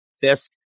Fisk